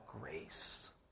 grace